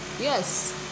Yes